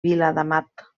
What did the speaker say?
viladamat